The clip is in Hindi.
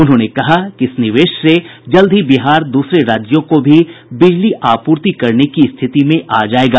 उन्होंने कहा कि इस निवेश से जल्द ही बिहार द्रसरे राज्यों को भी बिजली आपूर्ति करने की स्थिति में आ जायेगा